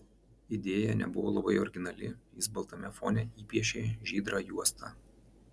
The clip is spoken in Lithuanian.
idėja nebuvo labai originali jis baltame fone įpiešė žydrą juostą